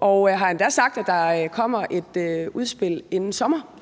og hun har endda sagt, at der kommer et udspil inden sommer.